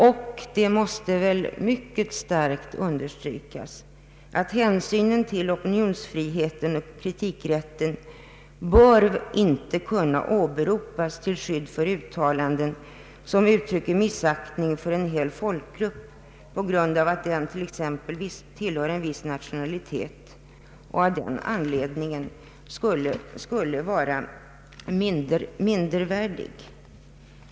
Och det måste mycket starkt understrykas att hänsyn till opinionsfriheten och kritikrätten inte bör kunna åberopas till skydd för uttalanden som t.ex. uttrycken missaktning av en hel folkgrupp på grund av att gruppen i fråga exempelvis tillhör en viss nationalitet och av den anledningen skulle vara mindervärdig.